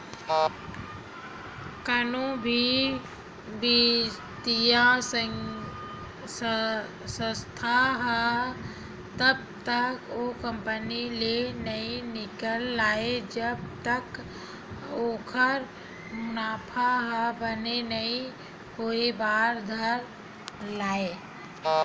कोनो भी बित्तीय संस्था ह तब तक ओ कंपनी ले नइ निकलय जब तक ओखर मुनाफा ह बने नइ होय बर धर लय